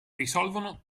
risolvono